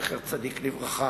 זכר צדיק לברכה: